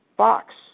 Fox